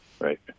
Right